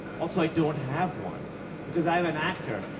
also i don't have one because i'm an actor.